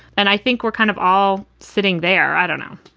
and i think we're kind of all sitting there i don't know,